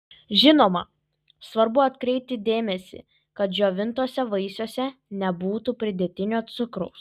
žinoma svarbu atkreipti dėmesį kad džiovintuose vaisiuose nebūtų pridėtinio cukraus